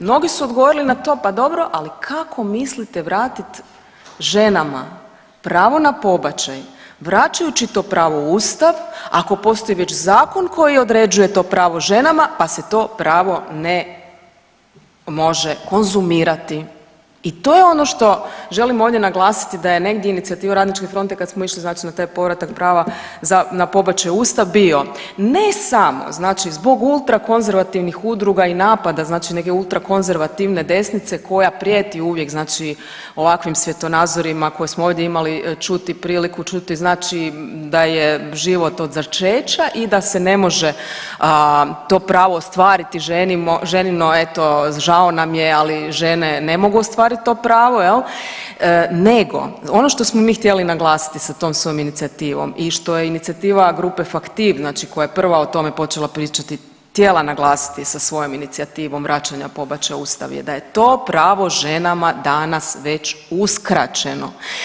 Mnogi su odgovorili na to pa dobro, ali kako mislite vratiti ženama pravo na pobačaj, vraćajući to pravo u Ustav ako postoji već zakon koji određuje to pravo ženama pa se to pravo ne može konzumirati i to je ono što želim ovdje naglasiti, da je negdje inicijativa Radničke fronte kad smo išli, znači na taj povratak prava za, na pobačaj u Ustav bio, ne samo znači zbog ultrakonzervativnih udruga i napada, znači neke ultrakonzervativne desnice koja prijeti uvijek znači ovakvim svjetonazorima koje smo ovdje imali čuti priliku, čuti znači da je život od začeća i da se ne može to pravo ostvariti ženino, eto, žao nam je, ali žene ne mogu ostvariti to pravo, je li, nego ono što smo mi htjeli naglasiti sa tom svojom inicijativom i što je inicijativa grupe fAKTIV znači koja je prva o tome počela pričati htjela naglasiti sa svojom inicijativom vraćanja pobačaja u Ustav jer da je to pravo ženama danas već uskraćeno.